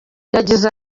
yagize